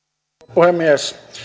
puhemies